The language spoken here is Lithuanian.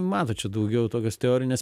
matot čia daugiau tokios teorinės